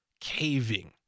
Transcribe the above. caving